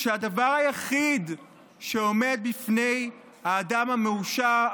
כשהדבר היחיד שעומד בפני האדם המואשם,